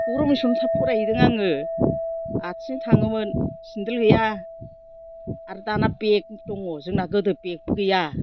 गौरां मिसनआव थाब फरायहैदों आरो आथिंजों थाङोमोन सिन्देल गैया आरो दाना बेग दङ जोंना गोदो बेगबो गैया